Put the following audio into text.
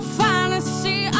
fantasy